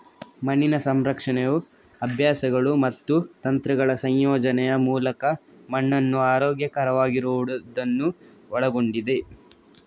ಮಣ್ಣಿನ ಸಂರಕ್ಷಣೆಯು ಅಭ್ಯಾಸಗಳು ಮತ್ತು ತಂತ್ರಗಳ ಸಂಯೋಜನೆಯ ಮೂಲಕ ಮಣ್ಣನ್ನು ಆರೋಗ್ಯಕರವಾಗಿಡುವುದನ್ನು ಒಳಗೊಂಡಿದೆ